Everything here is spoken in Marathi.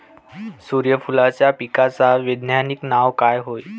सुर्यफूलाच्या पिकाचं वैज्ञानिक नाव काय हाये?